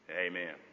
Amen